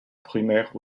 primaire